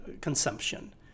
consumption